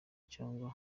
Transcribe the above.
cyangwa